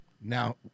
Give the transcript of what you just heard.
Now